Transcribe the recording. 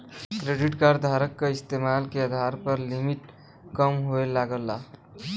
credit card धारक क इस्तेमाल के आधार पर लिमिट कम होये लगला